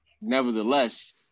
nevertheless